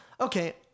okay